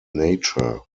nature